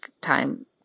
time